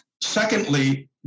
Secondly